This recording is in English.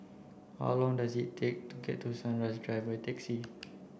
how long does it take to get to Sunrise Drive taxi